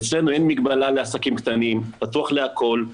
אצלנו אין מגבלה לעסקים קטנים, זה פתוח להכל.